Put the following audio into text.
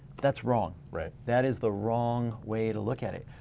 that's wrong. right. that is the wrong way to look at it.